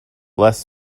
less